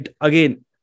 again